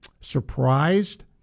surprised